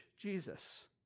Jesus